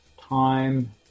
time